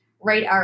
right